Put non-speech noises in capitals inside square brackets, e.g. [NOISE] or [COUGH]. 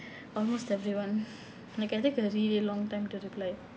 almost everyone [BREATH] like I take a really long time to reply